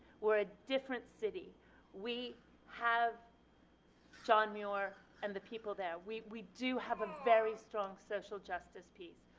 we are a different city we have john muir and the people there, we we do have a very strong social justice piece.